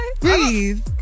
Breathe